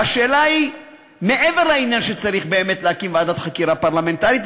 והשאלה היא מעבר לעניין שצריך באמת להקים ועדת חקירה פרלמנטרית,